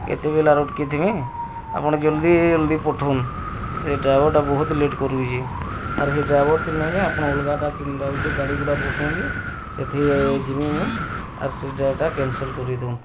କେତେବେଲେ ଆରୁ ଅଟ୍କି ଥିମି ଆପଣ ଜଲ୍ଦି ଜଲ୍ଦି ପଠଉନ୍ ସେ ଡ୍ରାଇଭର୍ଟା ବହୁତ ଲେଟ୍ କରୁଛି ଆର୍ ହେ ଡ୍ରାଇଭର୍ ଥି ନେଇକେ ଆପଣ ଅଲ୍ଗାଟା କେନ୍ଟା ଗାଡ଼ିଗୁଡ଼ା ପଠଉନ୍କେ ସେଥିର୍ ଯିମୁ ଆର୍ ସେଇ ଡ୍ରାଇଭ୍ଟା କ୍ୟାନସେଲ୍ କରି ଦେଉନ୍